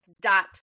dot